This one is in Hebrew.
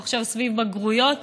אנחנו עכשיו סביב בגרויות,